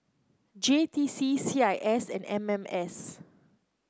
J T C C I S and M M S